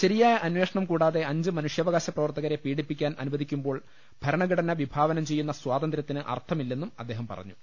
ശരിയായ അന്വേഷണം കൂടാതെ അഞ്ച് മനുഷ്യാവകാശ പ്രവർത്തകരെ പീഡിപ്പിക്കാൻ അനുവദിക്കുമ്പോൾ ഭരണഘടന വിഭാവനം ചെയ്യുന്ന സ്വാതന്ത്യത്തിന് അർത്ഥമില്ലെന്നും അദ്ദേഹം പറഞ്ഞു